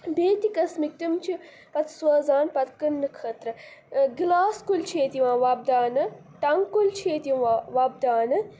بیٚیہِ تہِ قٕسمٕکۍ تِم چھِ پَتہٕ سوزان پَتہٕ کٕننہٕ خٲطرٕ گِلاس کُلۍ چھِ ییٚتہِ یِوان وۄپداونہٕ ٹنٛگہٕ کُلۍ چھِ ییٚتہِ یِوان وۄپداونہٕ